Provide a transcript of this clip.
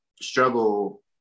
struggle